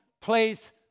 place